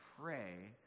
pray